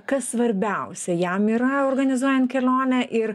kas svarbiausia jam yra organizuojant kelionę ir